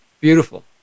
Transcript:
Beautiful